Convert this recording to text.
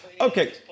okay